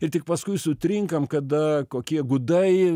ir tik paskui sutrinkam kada kokie gudai